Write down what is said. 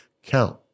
count